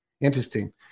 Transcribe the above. interesting